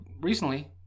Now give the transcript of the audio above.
recently